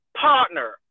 partner